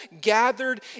gathered